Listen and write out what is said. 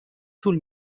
طول